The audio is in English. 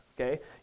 okay